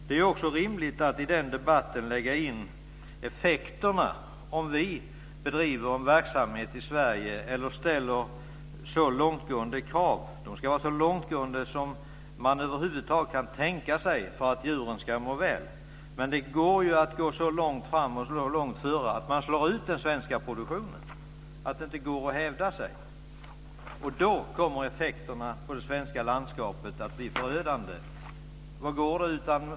Det är också rimligt att i debatten lägga in effekterna av om vi i Sverige ställer krav som är så långtgående som man över huvud taget kan tänka sig, för att djuren ska må väl. Det går att gå så långt före att man slår ut den svenska produktionen, att det inte går att hävda sig. Då kommer effekterna på det svenska landskapet att bli förödande.